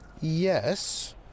Yes